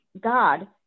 God